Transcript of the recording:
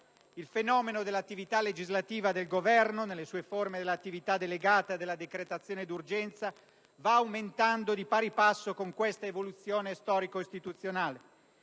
Il fenomeno dell'attività legislativa del Governo, nelle sue forme dell'attività delegata e della decretazione d'urgenza, va aumentando di pari passo con questa evoluzione storico-istituzionale.